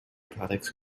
products